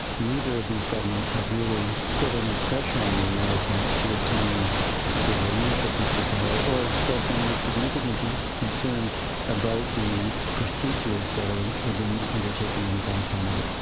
neither of these governments have really put any pressure on the americans to obtain the release of mr khadr or expressed any significant and concerns about the procedures that are being undertaken in guantanamo.